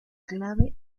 clave